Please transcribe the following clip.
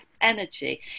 energy